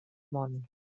món